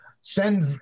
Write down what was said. send